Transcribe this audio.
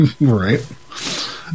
Right